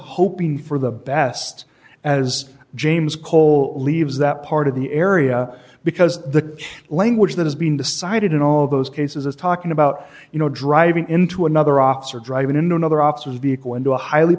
hoping for the best as james cole leaves that part of the area because the language that has been decided in all those cases is talking about you know driving into another officer driving in another officer vehicle into a highly